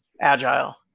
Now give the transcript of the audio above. Agile